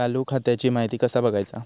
चालू खात्याची माहिती कसा बगायचा?